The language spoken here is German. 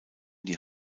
die